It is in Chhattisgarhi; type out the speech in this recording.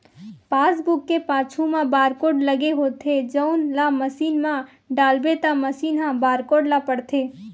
पासबूक के पाछू म बारकोड लगे होथे जउन ल मसीन म डालबे त मसीन ह बारकोड ल पड़थे